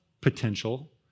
potential